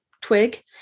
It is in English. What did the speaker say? TWIG